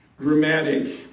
dramatic